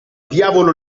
diavolo